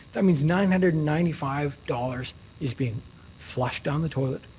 that means nine hundred and ninety five dollars is being flushed down the toilet,